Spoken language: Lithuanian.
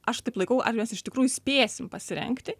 aš taip laikau ar mes iš tikrųjų spėsim pasirengti